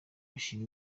bashima